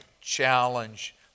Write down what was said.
challenge